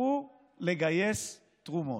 תלכו לגייס תרומות.